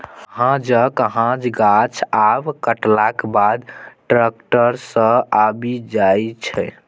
हांजक हांज गाछ आब कटलाक बाद टैक्टर सँ आबि जाइ छै